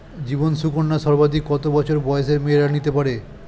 জীবন সুকন্যা সর্বাধিক কত বছর বয়সের মেয়েরা নিতে পারে?